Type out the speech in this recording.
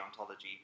ontology